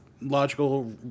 logical